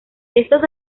estos